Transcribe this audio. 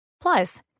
Plus